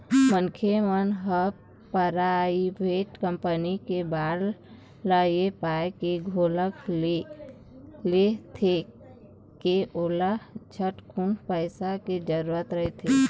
मनखे मन ह पराइवेट कंपनी के बांड ल ऐ पाय के घलोक ले लेथे के ओला झटकुन पइसा के जरूरत रहिथे